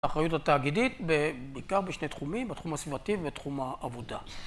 אחריות התאגידית בעיקר בשני תחומים, בתחום הסביבתי ובתחום העבודה